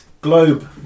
Globe